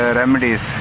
remedies